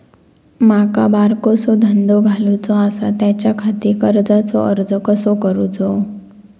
माका बारकोसो धंदो घालुचो आसा त्याच्याखाती कर्जाचो अर्ज कसो करूचो?